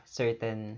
certain